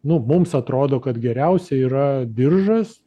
nu mums atrodo kad geriausia yra diržas